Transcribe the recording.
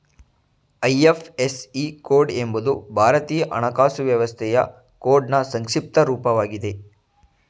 IFSC code ಎಂಬುದು ಭಾರತೀಯ ಹಣಕಾಸು ವ್ಯವಸ್ಥೆಯ ಕೋಡ್ನ್ ಸಂಕ್ಷಿಪ್ತ ರೂಪವಾಗಿದೆ